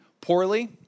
poorly